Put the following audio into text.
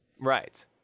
Right